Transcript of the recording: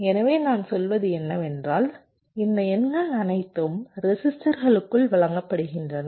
எனவே நான் சொல்வது என்னவென்றால் இந்த எண்கள் அனைத்தும் ரெசிஸ்டர்களுக்குள் வழங்கப்படுகின்றன